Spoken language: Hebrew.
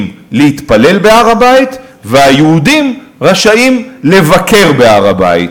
להתפלל בהר-הבית והיהודים רשאים לבקר בהר-הבית.